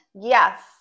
yes